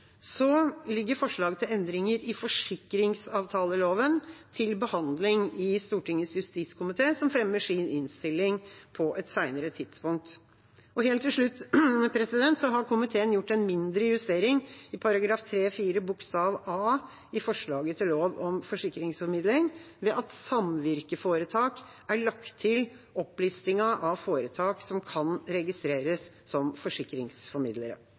Så ligger forslag til endringer i forsikringsavtaleloven til behandling i Stortingets justiskomité, som fremmer sin innstilling på et senere tidspunkt. Helt til slutt har komiteen gjort en mindre justering i § 3-4 bokstav a i forslaget til lov om forsikringsformidling, ved at samvirkeforetak er lagt til opplistingen av foretak som kan registreres som forsikringsformidlere.